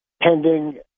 Pending